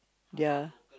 their